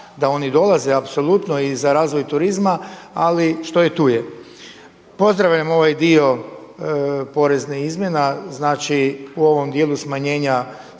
da oni dolaze, apsolutno i za razvoj turizma. Ali što je tu je. Pozdravljam ovaj dio poreznih izmjena, znači u ovom dijelu smanjenja stope